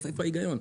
איפה ההיגיון?